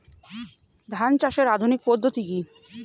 ধান চাষের আধুনিক পদ্ধতি কি?